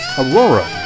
Aurora